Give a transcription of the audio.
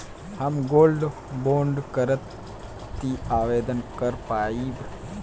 हम gold bond करती आवेदन कर पाईब?